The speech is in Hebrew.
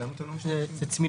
למה אתם לא משתמשים בזה?